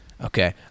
Okay